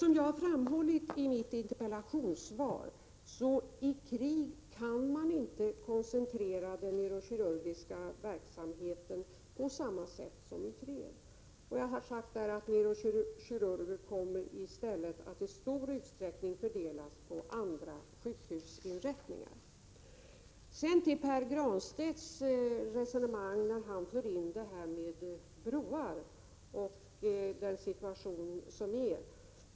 Som jag har framhållit i mitt interpellationssvar kan man i krig inte koncentrera den neurokirurgiska verksamheten på samma sätt som i fred. Jag har sagt att neurokirurger i stor utsträckning i stället kommer att fördelas på andra sjukhusinrättningar. Pär Granstedt för ett resonemang om broar och den rådande situationen.